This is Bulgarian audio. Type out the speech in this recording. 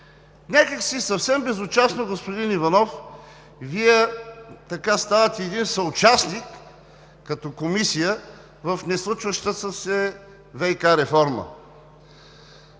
Някак си съвсем безучастно, господин Иванов, Вие ставате съучастник, като Комисия, в неслучващата се ВиК реформа.